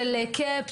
של Cap,